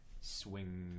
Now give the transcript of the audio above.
swing